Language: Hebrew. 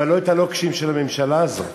אבל לא את הלוקשים של הממשלה הזאת.